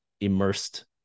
immersed